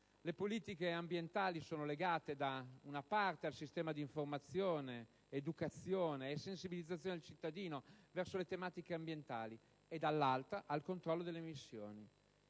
Le politiche ambientali sono legate da una parte al sistema di informazione, educazione e sensibilizzazione del cittadino verso le tematiche ambientali e, dall'altra, al controllo delle emissioni,